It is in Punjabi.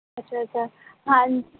ਅੱਛਾ ਅੱਛਾ ਹਾਂਜੀ